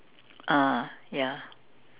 ah ya